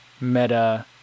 meta